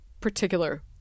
particular